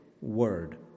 word